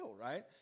right